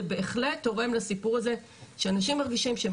זה בהחלט תורם לסיפור הזה שאנשים מרגישים שהם